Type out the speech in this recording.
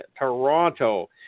Toronto